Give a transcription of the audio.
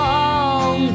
Long